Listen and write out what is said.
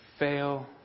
fail